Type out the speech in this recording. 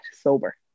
sober